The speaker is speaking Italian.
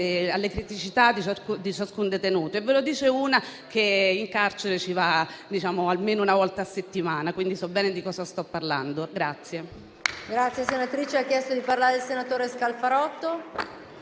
alle criticità di ciascun detenuto. Ve lo dice una che in carcere ci va almeno una volta a settimana e che quindi sa bene di cosa sta parlando.